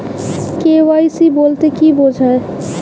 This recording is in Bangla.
কে.ওয়াই.সি বলতে কি বোঝায়?